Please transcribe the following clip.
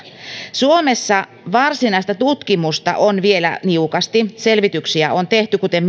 suomessa varsinaista tutkimusta on vielä niukasti selvityksiä on tehty kuten